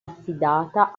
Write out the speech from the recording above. affidata